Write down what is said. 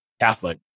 catholic